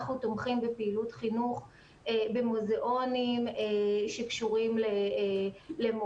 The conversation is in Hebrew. אנחנו תומכים בפעילות חינוך במוזיאונים שקשורים למורשת,